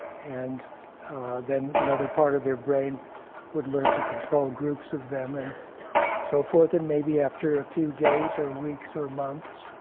and then another part of their brain would learn to control groups of them and so forth. and maybe after a few days or weeks or months,